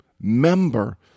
member